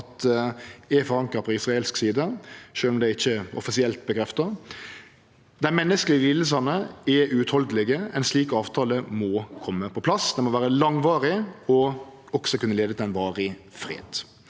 er forankra på israelsk side, sjølv om det ikkje er offisielt bekrefta. Dei menneskelege lidingane er uuthaldelege. Ein slik avtale må kome på plass. Den må vere langvarig og også kunne føre til ein varig fred.